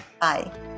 Bye